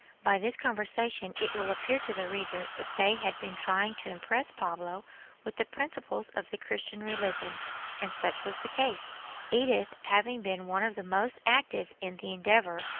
by this conversation it will appear to the reader that they had been trying to impress pablo with the principles of the christian religion and such was the case edith having been one of the most active in the endeavor,